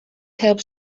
helps